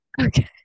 okay